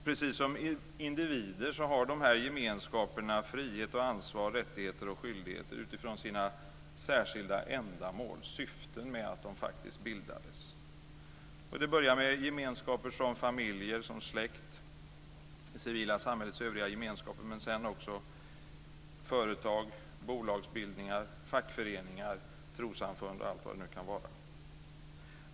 Precis som individer har dessa gemenskaper frihet och ansvar, rättigheter och skyldigheter utifrån sina särskilda ändamål och syften med att de bildades. Det börjar med gemenskaper som familjer, släkt och det civila samhällets övriga gemenskaper. Sedan är det också företag, bolagsbildningar, fackföreningar, trossamfund och allt vad det kan vara.